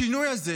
השינוי הזה,